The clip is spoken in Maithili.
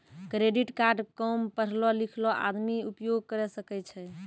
क्रेडिट कार्ड काम पढलो लिखलो आदमी उपयोग करे सकय छै?